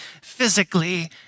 physically